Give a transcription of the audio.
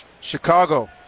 Chicago